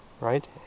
right